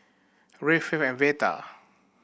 Reid Faith and Veta